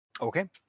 Okay